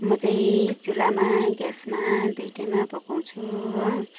म चाहिँ चुलामा ग्यासमा दुइवटा पकाउँछु हो